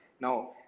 Now